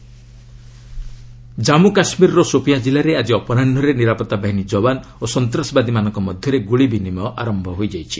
J and K gunfight Jammu କାଶ୍ମୀରର ସୋପିଆଁ କିଲ୍ଲାରେ ଆକି ଅପରାହ୍ନରେ ନିରାପତ୍ତା ବାହିନୀ ଯବାନ୍ ଓ ସନ୍ତାସବାଦୀମାନଙ୍କ ମଧ୍ୟରେ ଗୁଳି ବିନିମୟ ଆରମ୍ଭ ହୋଇଛି